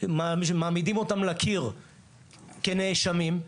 מעמידים אותם לקיר כנאשמים.